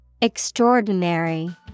Extraordinary